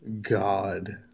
God